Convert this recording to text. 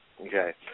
Okay